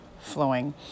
flowing